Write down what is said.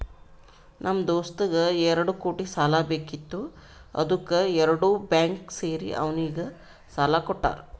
ನಮ್ ದೋಸ್ತಗ್ ಎರಡು ಕೋಟಿ ಸಾಲಾ ಬೇಕಿತ್ತು ಅದ್ದುಕ್ ಎರಡು ಬ್ಯಾಂಕ್ ಸೇರಿ ಅವ್ನಿಗ ಸಾಲಾ ಕೊಟ್ಟಾರ್